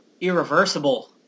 Irreversible